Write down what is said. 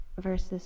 versus